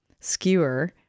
skewer